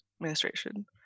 administration